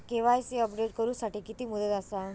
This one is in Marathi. के.वाय.सी अपडेट करू साठी किती मुदत आसा?